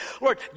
Lord